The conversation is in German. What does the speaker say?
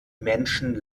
menschen